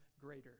greater